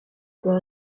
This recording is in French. peut